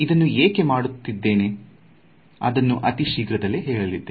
ಇದನ್ನು ಏಕೆ ಮಾಡುತ್ತಿದ್ದೇವೆ ಅನ್ನೋದನ್ನು ಅತಿ ಶೀಘ್ರದಲ್ಲಿ ಹೇಳಲಿದ್ದೇನೆ